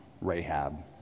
Rahab